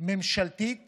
ממשלתית